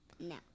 No